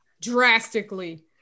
Drastically